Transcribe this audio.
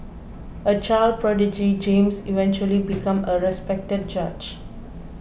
a child prodigy James eventually became a respected judge